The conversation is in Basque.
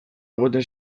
egoten